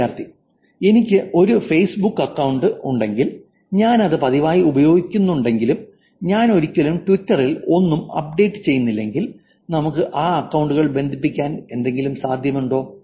വിദ്യാർത്ഥി എനിക്ക് ഒരു ഫേസ്ബുക്ക് അക്കൌണ്ട് ഉണ്ടെങ്കിൽ ഞാൻ അത് പതിവായി ഉപയോഗിക്കുന്നുണ്ടെങ്കിലും ഞാൻ ഒരിക്കലും ട്വിറ്ററിൽ ഒന്നും അപ്ഡേറ്റ് ചെയ്യുന്നില്ലെങ്കിൽ നമുക്ക് അക്കൌണ്ടുകൾ ബന്ധിപ്പിക്കാൻ എന്തെങ്കിലും സാധ്യതയുണ്ടോ